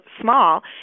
small